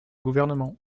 gouvernement